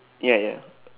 ya ya